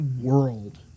world